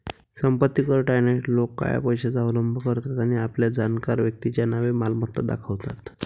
संपत्ती कर टाळण्यासाठी लोक काळ्या पैशाचा अवलंब करतात आणि आपल्या जाणकार व्यक्तीच्या नावे मालमत्ता दाखवतात